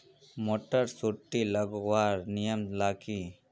Motor सुटी लगवार नियम ला की?